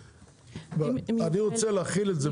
אני רוצה להחיל את זה,